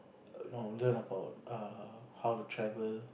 err you know learn about err how to travel